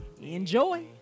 Enjoy